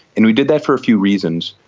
and we did that for a few reasons.